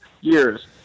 years